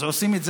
אז עושים את זה,